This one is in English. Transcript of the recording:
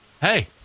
hey